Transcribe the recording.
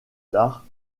tard